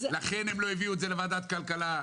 לכן הם לא הביאו את זה לוועדת הכלכלה.